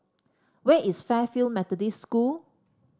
where is Fairfield Methodist School